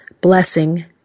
blessing